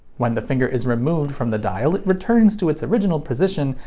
when the finger is removed from the dial, it returns to its original position,